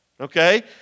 Okay